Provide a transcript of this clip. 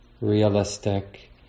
realistic